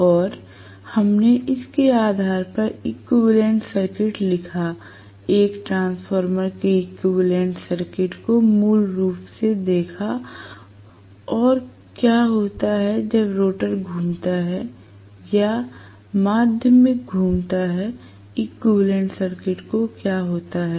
और हमने इसके आधार पर इक्विवेलेंट सर्किट लिखा एक ट्रांसफार्मर के इक्विवेलेंट सर्किट को मूल रूप से देखा और क्या होता है जब रोटर घूमता है या माध्यमिक घूमता है इक्विवेलेंट सर्किट को क्या होता है